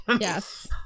Yes